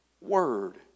word